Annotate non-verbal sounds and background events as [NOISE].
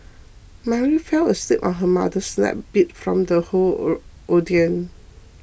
mary fell asleep on her mother's lap beat from the whole [HESITATION] ordeal